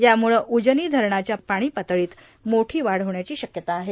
यामुळं उजनी धरणाच्या पाणी पातळीत मोठी वाढ होण्याची शक्यता आहे